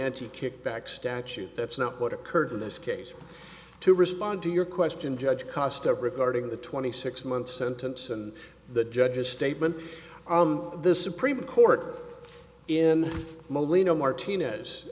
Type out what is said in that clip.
anti kickback statute that's not what occurred in this case to respond to your question judge cost of regarding the twenty six month sentence and the judge's statement on this supreme court in molino martinez